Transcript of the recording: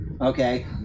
okay